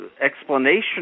explanation